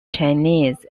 chinese